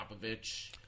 Popovich